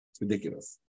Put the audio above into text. ridiculous